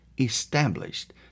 established